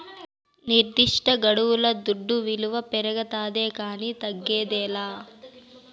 నిర్దిష్టగడువుల దుడ్డు విలువ పెరగతాదే కానీ తగ్గదేలా